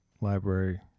library